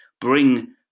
bring